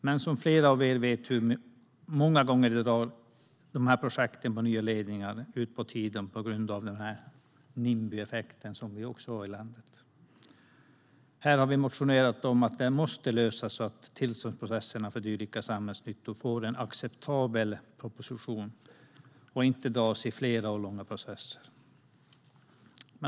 Men som flera av er vet drar dessa projekt med nya ledningar många gånger ut på tiden på grund av Nimbyeffekten. Här har vi motionerat om att detta måste lösas så att tillståndsprocessen för dylika samhällsnyttor får en acceptabel proportion och inte dras ut i flera år långa processer.